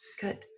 Good